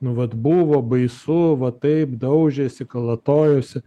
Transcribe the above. nu vat buvo baisu va taip daužėsi kalatojosi